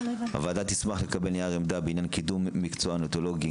הוועדה תשמח לקבל נייר עמדה בעניין קידום מקצוע הניאונטולוגיה,